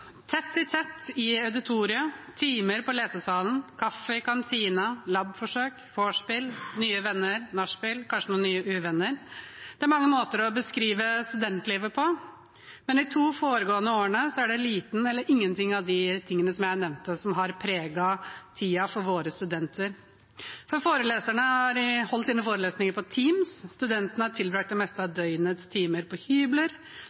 Tett i tett i auditoriet, timer på lesesalen, kaffe i kantina, labforsøk, vorspiel, nye venner, nachspiel, kanskje noen nye uvenner – det er mange måter å beskrive studentlivet på. Men de to foregående årene er det få eller ingen av tingene jeg nevnte, som har preget tiden for våre studenter. Foreleserne har holdt sine forelesninger på Teams, studentene har tilbragt det meste av døgnets timer på hybler,